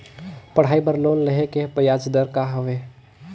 पढ़ाई बर लोन लेहे के ब्याज दर का हवे?